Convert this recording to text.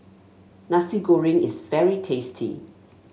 Nasi Goreng is very tasty